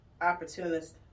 opportunists